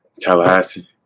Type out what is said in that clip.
Tallahassee